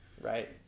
Right